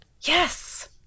Yes